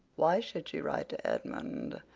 why should she write to edmund?